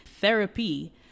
Therapy